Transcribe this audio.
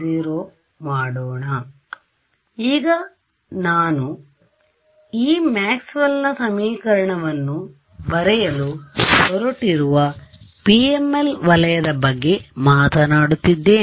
ಆದ್ದರಿಂದ ಈಗ ನಾನು ಈ ಮ್ಯಾಕ್ಸ್ವೆಲ್ನMaxwell's ಸಮೀಕರಣವನ್ನು ಬರೆಯಲು ಹೊರಟಿರುವ PMLವಲಯದ ಬಗ್ಗೆ ಮಾತನಾಡುತ್ತಿದ್ದೇನೆ